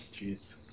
Jeez